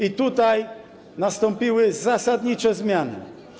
I tutaj nastąpiły zasadnicze zmiany.